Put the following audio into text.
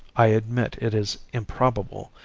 i admit it is improbable,